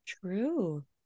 true